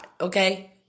okay